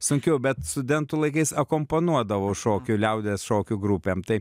sunkiau bet studentų laikais akompanuodavau šokių liaudies šokių grupėm tai